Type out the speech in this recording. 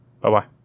Bye-bye